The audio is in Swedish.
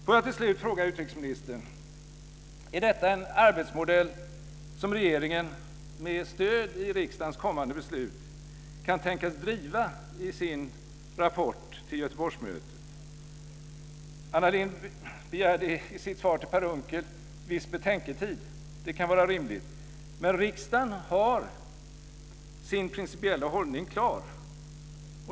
Får jag till sist fråga utrikesministern: Är detta en arbetsmodell som regeringen - med stöd i riksdagens kommande beslut - kan tänkas driva i sin rapport till Göteborgsmötet? Anna Lindh begärde i sitt svar till Per Unckel viss betänketid. Det kan vara rimligt. Men riksdagen har sin principiella hållning klar.